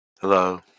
Hello